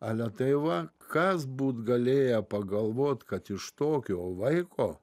ale tai va kas būt galėję pagalvot kad iš tokio vaiko